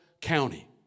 county